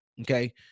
Okay